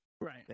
Right